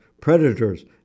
predators